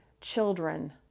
children